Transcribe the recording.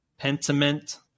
Pentiment